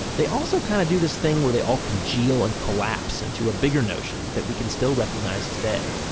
they also kind of do this thing where they all congeal and collapse into a bigger notion that we can still recognize today.